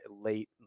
late